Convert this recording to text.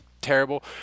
terrible